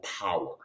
power